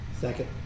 Second